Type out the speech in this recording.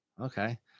Okay